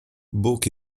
bóg